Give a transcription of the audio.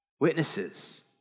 witnesses